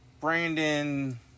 Brandon